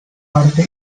parte